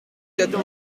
quatre